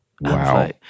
Wow